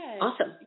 Awesome